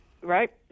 right